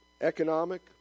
economic